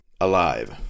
alive